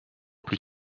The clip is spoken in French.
plus